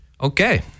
Okay